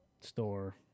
store